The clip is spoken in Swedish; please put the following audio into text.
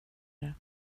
det